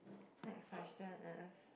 next question is